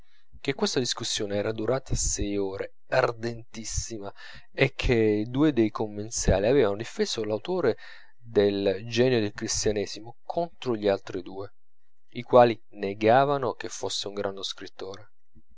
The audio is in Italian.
che questa discussione era durata sei ore ardentissima e che due dei commensali avevano difeso l'autore del genio del cristianesimo contro gli altri due i quali negavano che fosse un grande scrittore